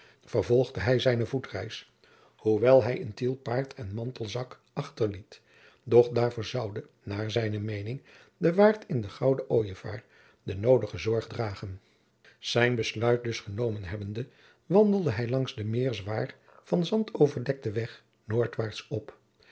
vervolgde hij zijne voetreis hoewel hij in tiel paard en mantelzak achterliet doch daarvoor zoude naar zijne meening de waard in den gouden ojevaar de noodige zorg dragen zijn besluit dus genomen hebbende wandelde hij langs den meer zwaar van zand overdekten weg noordwaart op